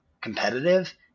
competitive